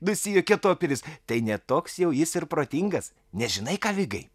nusijuokė toperis tai ne toks jau jis ir protingas nes žinai ką vigai